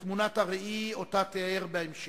לתמונת הראי שאותה תיאר בהמשך: